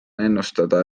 ennustada